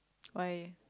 why